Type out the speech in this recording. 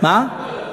רק בג"ץ.